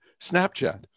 Snapchat